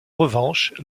revanche